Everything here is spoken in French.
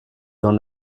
dans